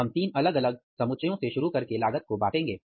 हम तीन अलग अलग समुच्चययो से शुरू करके लागत को बाटेंगे